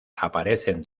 aparecen